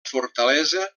fortalesa